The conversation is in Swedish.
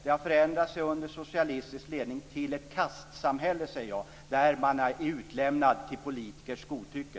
Det har under socialistisk ledning förändrat sig till ett kastsamhälle där man är utlämnad åt politikers godtycke.